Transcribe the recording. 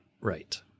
right